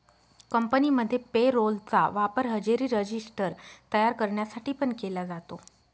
कंपनीमध्ये payroll चा वापर हजेरी रजिस्टर तयार करण्यासाठी पण केला जातो